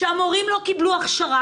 כשהמורים לא קיבלו הכשרה,